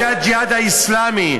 על-ידי "הג'יהאד האסלאמי",